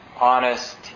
honest